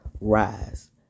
rise